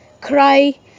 cry